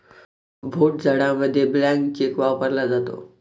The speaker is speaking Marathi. भोट जाडामध्ये ब्लँक चेक वापरला जातो